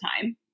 time